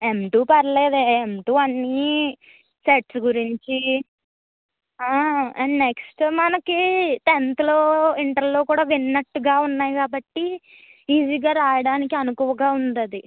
ఎం two పర్లేదే M two అన్నీ సెట్స్ గురించి ఆ నెక్స్ట్ మనకి టెన్త్లో ఇంటర్లో కూడా విన్నట్లుగా ఉన్నాయి కాబట్టి ఈజీగా రాయడానికి అనుకువగా ఉంది అది